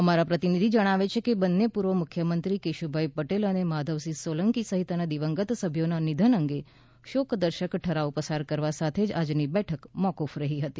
અમારા પ્રતિનિધી જણાવે છે કે બંને પૂર્વ મુખ્યમંત્રી કેશુભાઈ પટેલ અને માધવસિંહ સોલંકી સહિતના દિવંગત સભ્યોના નિધન અંગે શોકદર્શક ઠરાવ પસાર કરવા સાથે આજની બેઠક મોકુફ રહી હતી